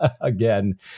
again